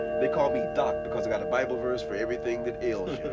they call me doc because i've got a bible verse for everything that ails